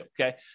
okay